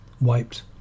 wiped